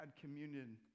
communion